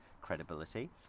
credibility